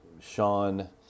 Sean